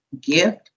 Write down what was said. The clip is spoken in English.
gift